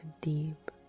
deep